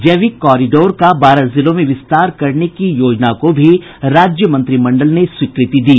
जैविक कॉरिडोर का बारह जिलों में विस्तार करने की योजना को भी राज्य मंत्रिमंडल ने स्वीकृति दी